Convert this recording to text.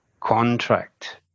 contract